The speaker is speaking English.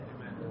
Amen